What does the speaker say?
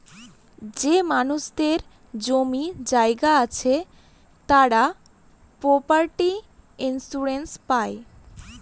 যে মানুষদের জমি জায়গা আছে তারা প্রপার্টি ইন্সুরেন্স পাই